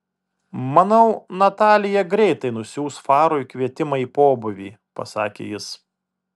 manau natalija greitai nusiųs farui kvietimą į pobūvį pasakė jis